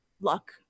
luck